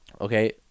Okay